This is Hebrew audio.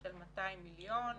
של 200 מיליון שקלים,